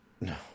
no